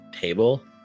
table